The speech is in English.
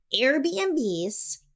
Airbnbs